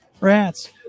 Rats